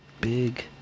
Big